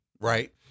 right